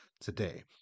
today